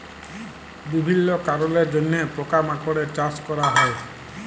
বিভিল্য কারলের জন্হে পকা মাকড়ের চাস ক্যরা হ্যয়ে